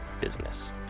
business